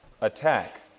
attack